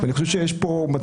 אני חושב שיש כאן,